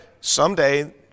someday